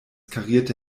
karierte